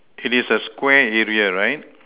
it is a Square area right